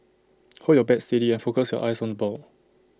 hold your bat steady and focus your eyes on ball